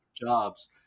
jobs